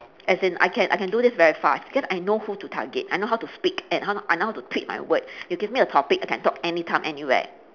as in I can I can do this very fast because I know who to target I know how to speak I know I know how to tweak my word you give me a topic I can talk any time anywhere